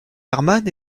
herman